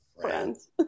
Friends